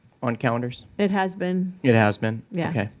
on calendars? it has been. it has been. yeah.